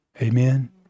Amen